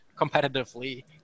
competitively